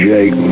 Jake